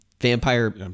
vampire